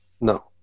No